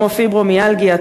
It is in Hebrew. כמו פיברומיאלגיה,